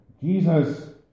Jesus